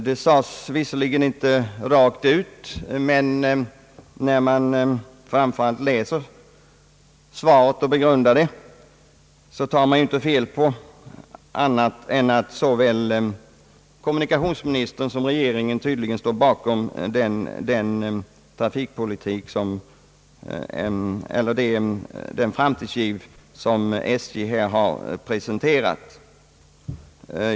Det sades visserligen inte rakt ut, men när man läser svaret och begrundar det närmare är det ingen tvekan om att såväl kommunika tionsministern som regeringen tydligen står bakom den framtidsgiv som SJ har presenterat.